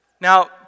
Now